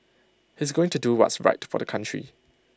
he's going to do what's right for the country